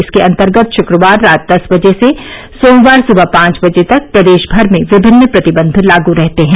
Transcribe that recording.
इसके अंतर्गत शुक्रवार रात दस बजे से सोमवार सुबह पांच बजे तक प्रदेश भर में विभिन्न प्रतिबन्ध लागू रहते हैं